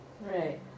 Right